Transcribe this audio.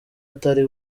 atari